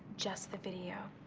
just the video.